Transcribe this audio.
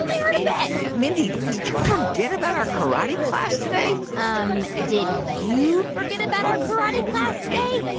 hurt a bit and mindy, did you forget about our karate class today um did you forget about our karate class today?